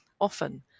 often